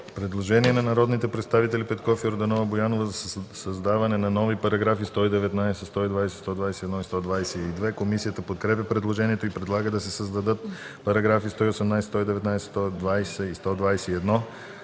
Предложение на народните представители Петков, Йорданова и Боянова за създаване на нови параграфи 119, 120, 121 и 122. Комисията подкрепя предложението и предлага да се създадат параграфи 118, 119, 120 и 121